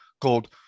called